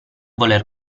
voler